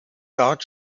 dort